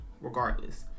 regardless